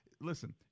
Listen